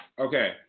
Okay